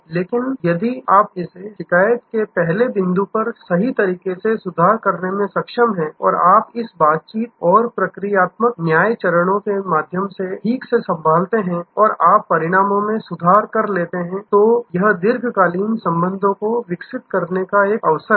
इसलिए यदि आप इसे शिकायत के पहले बिंदु पर सही तरीके से सुधार करने में सक्षम हैं और आप इस बातचीत और प्रक्रियात्मक न्याय चरणों के माध्यम से ठीक से संभालते हैं और आप परिणामों में सुधार कर लेते हैं तो यह दीर्घकालीन संबंधों को विकसित करने का एक अवसर है